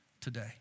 today